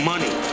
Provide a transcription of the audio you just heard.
Money